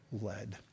led